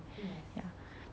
ya